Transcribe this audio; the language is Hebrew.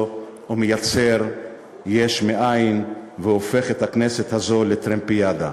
ומייצר יש מאין והופך את הכנסת הזאת לטרמפיאדה.